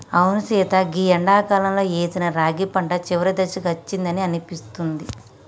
అవును సీత గీ ఎండాకాలంలో ఏసిన రాగి పంట చివరి దశకు అచ్చిందని అనిపిస్తుంది